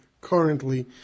currently